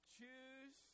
choose